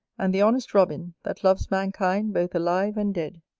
and the honest robin that loves mankind both alive and dead.